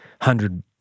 hundred